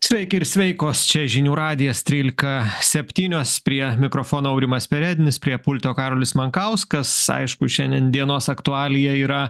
sveiki ir sveikos čia žinių radijas trylika septynios prie mikrofono aurimas perednis prie pulto karolis mankauskas aišku šiandien dienos aktualija yra